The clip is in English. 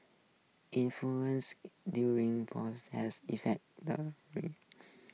influence during has affected the